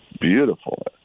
beautiful